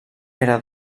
era